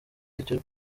icyo